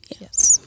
Yes